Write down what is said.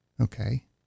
Okay